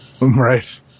Right